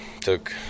took